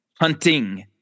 hunting